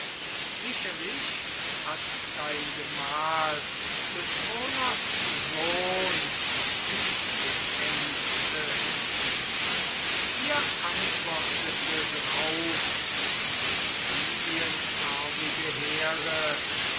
sicherlich hat dein gemahl des kronos sohn dich geängstet ihr antwortete drauf die lilienarmige here